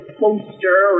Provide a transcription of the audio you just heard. poster